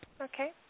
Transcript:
Okay